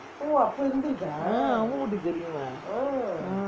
ah Ammukutty தெரியுமே:ammukuttu teriyumae